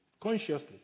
Consciously